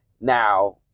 now